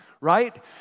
right